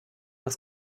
das